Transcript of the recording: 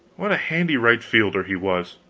what a handy right-fielder he was!